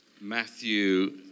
Matthew